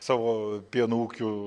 savo pieno ūkių